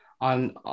on